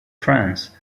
france